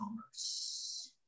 commerce